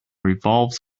revolves